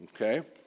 okay